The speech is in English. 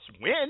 win